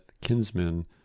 kinsmen